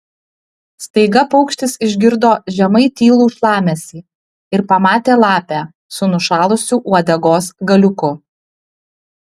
staiga paukštis išgirdo žemai tylų šlamesį ir pamatė lapę su nušalusiu uodegos galiuku